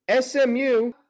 SMU